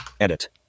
Edit